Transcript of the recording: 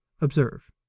observe